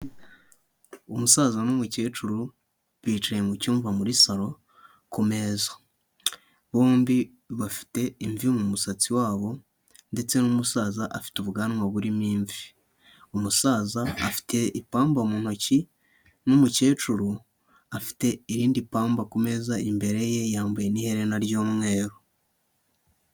Umusaza n'umukecuru bicaye mu cyumba muri salo ku meza, bombi bafite imvi mu musatsi wabo ndetse n'umusaza afite ubwanwa burimo imvi, umusaza afite ipamba mu ntoki n'umukecuru afite irindi pamba ku meza imbere ye, yambaye n'iherena ry'umweru.